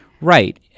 Right